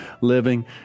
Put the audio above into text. living